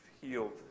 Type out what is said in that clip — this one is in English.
healed